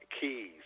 keys